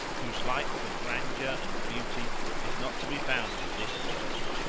whose like for grandeur and beauty is not to be found in this world.